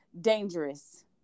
dangerous